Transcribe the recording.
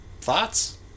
Thoughts